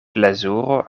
plezuro